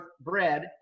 bread